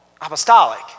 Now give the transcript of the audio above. apostolic